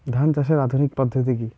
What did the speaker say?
ধান চাষের আধুনিক পদ্ধতি কি?